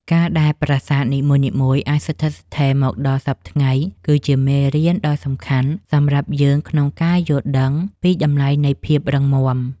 ការដែលប្រាសាទនីមួយៗអាចស្ថិតស្ថេរមកដល់សព្វថ្ងៃគឺជាមេរៀនដ៏សំខាន់សម្រាប់យើងក្នុងការយល់ដឹងពីតម្លៃនៃភាពរឹងមាំ។